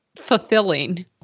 fulfilling